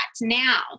now